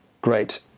great